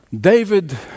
David